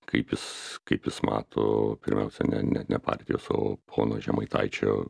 kaip jis kaip jis mato pirmiausia ne ne ne partijos o pono žemaitaičio